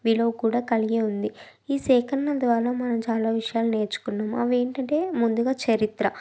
విలువ కూడ కలిగి ఉంది ఈ సేకరణ ద్వారా మనం చాలా విషయాలు నేర్చుకున్నాము అవి ఏంటంటే ముందుగా చరిత్ర